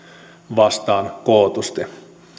vastaan kootusti